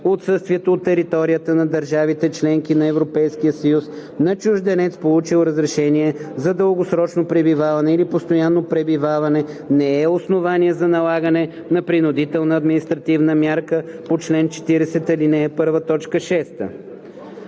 отсъствието от територията на държавите – членки на Европейския съюз на чужденец, получил разрешение за дългосрочно или постоянно пребиваване не е основание за налагане на принудителна административна мярка по чл. 40, ал. 1, т.